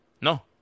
No